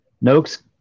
Noakes